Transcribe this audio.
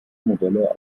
modelle